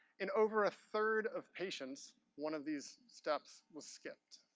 in over a third of patients, one of these steps was skipped.